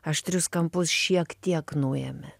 aštrius kampus šiek tiek nuėmė